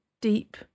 deep